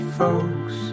folks